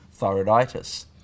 thyroiditis